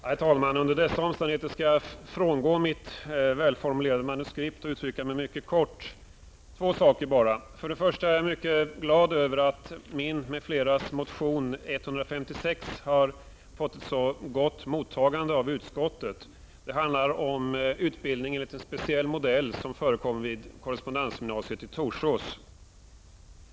Herr talman! Under dessa omständigheter skall jag frångå mitt välformulerade manuskrift och uttrycka mig mycket kortfattat. Jag skall bara ta upp två saker. För det första är jag mycket glad över att min m.fl. motion Ub156 har fått ett så gott mottagande av utskottet. Den handlar om utbildning enligt en speciell modell som förekommer vid korrespondensgymnasiet i Torsås.